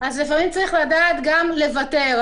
לפעמים צריך לדעת גם לוותר.